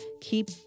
keep